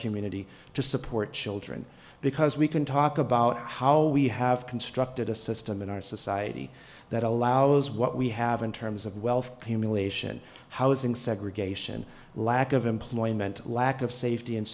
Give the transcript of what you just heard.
community to support children because we can talk about how we have constructed a system in our society that allows what we have in terms of wealth cumulation housing segregation lack of employment lack of safety and